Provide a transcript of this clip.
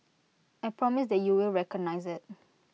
I promise that you will recognise IT